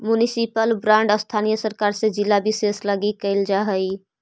municipal bond स्थानीय सरकार से जिला विशेष लगी कैल जा हइ